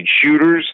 shooters